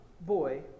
boy